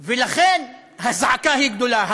טרור חברתי.) ולכן הזעקה היא גדולה,